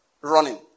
running